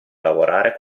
lavorare